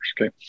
okay